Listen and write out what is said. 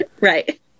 Right